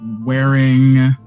wearing